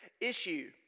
issue